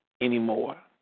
anymore